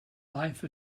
life